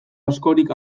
askorik